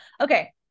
Okay